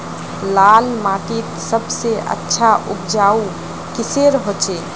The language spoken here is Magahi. लाल माटित सबसे अच्छा उपजाऊ किसेर होचए?